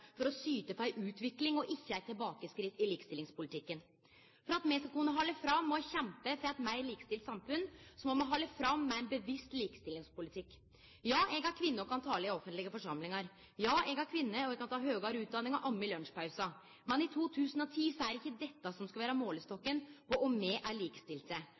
for å syte for ei utvikling og ikkje eit tilbakeskritt i likestillingspolitikken. For at me skal kunne halde fram og kjempe for eit meir likestilt samfunn, må me halde fram med ein bevisst likestillingspolitikk. Ja, eg er kvinne og kan tale i offentlege forsamlingar. Og ja, eg er kvinne og kan ta høgare utdanning og amme i lunsjpausen. Men i 2010 er det ikkje dette som skal vere målestokken på om me er likestilte,